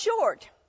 short